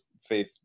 Faith